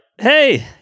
hey